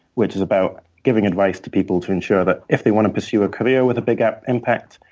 which is about giving advice to people to ensure that if they want to pursue a career with a big ah impact,